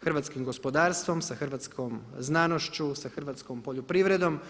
hrvatskim gospodarstvo, sa hrvatskom znanošću, sa hrvatskom poljoprivredom.